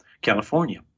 California